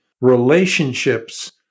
relationships